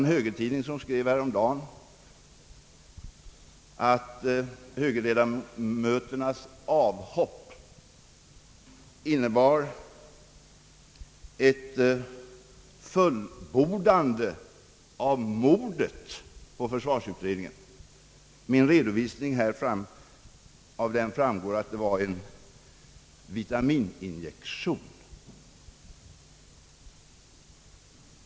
En högertidning skrev häromdagen, att högerledamöternas avhopp innebar »ett fullbordande av mordet» på försvarsutredningen. Av min redovisning här framgår att det var en vitamininjektion.